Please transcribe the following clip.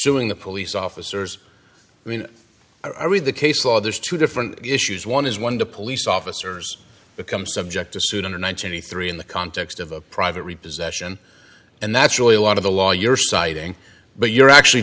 suing the police officers i mean i read the case law there's two different issues one is one the police officers become subject to suit under ninety three in the context of a private repossession and that's really a lot of the law you're citing but you're actually